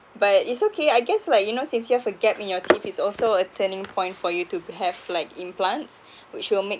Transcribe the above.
but it's okay I guess like you know since you have a gap in your teeth it's also a turning point for you to have like implants which will make